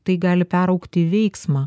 tai gali peraugti į veiksmą